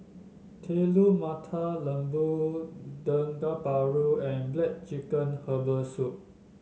Telur Mata Lembu Dendeng Paru and black chicken Herbal Soup